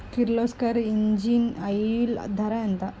Kirloskar engine oil ధర ఎంత?